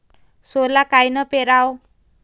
सोला कायनं पेराव?